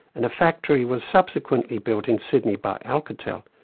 and a factory was subsequently built in sydney by alcatel.